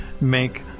make